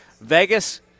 Vegas